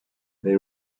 they